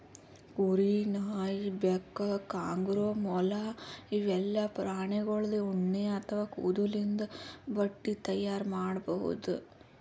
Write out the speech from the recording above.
ಕುರಿ, ನಾಯಿ, ಬೆಕ್ಕ, ಕಾಂಗರೂ, ಮೊಲ ಇವೆಲ್ಲಾ ಪ್ರಾಣಿಗೋಳ್ದು ಉಣ್ಣಿ ಅಥವಾ ಕೂದಲಿಂದ್ ಬಟ್ಟಿ ತೈಯಾರ್ ಮಾಡ್ಬಹುದ್